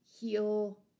heal